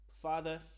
Father